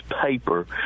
paper